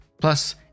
plus